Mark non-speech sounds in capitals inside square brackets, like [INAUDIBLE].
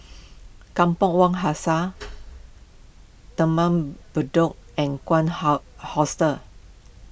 Kampong Wak Hassan Taman Bedok and [UNINTELLIGIBLE] Hostel